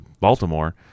Baltimore